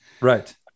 right